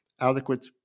adequate